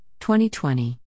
2020